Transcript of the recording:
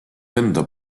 enda